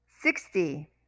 Sixty